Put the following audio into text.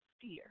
fear